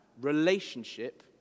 relationship